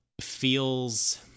feels